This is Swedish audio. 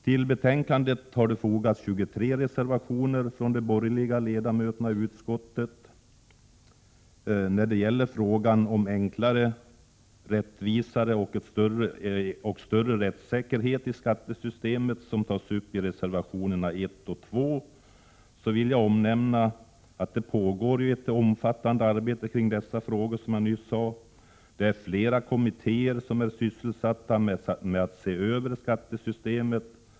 Till betänkandet har fogats 23 reservationer från de borgerliga ledamöterna i utskottet. Det pågår ett omfattande arbete för att åstadkomma ett 2 enklare och rättvisare skattesystem samt en större rättssäkerhet i detsamma. Dessa frågor tas upp i reservationerna 1 och 2. Flera kommittéer är sysselsatta med att se över skattesystemet.